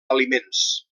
aliments